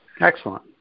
Excellent